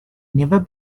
never